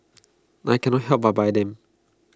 I cannot help but buy them